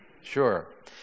Sure